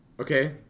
okay